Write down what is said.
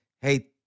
hey